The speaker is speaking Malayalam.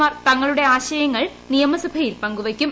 മാർ തങ്ങളുടെ ആശയങ്ങൾ നിയമസഭയിൽ പങ്കുവയ്ക്കും